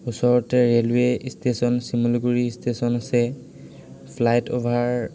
ওচৰতে railway station Simaluguri station আছে flight over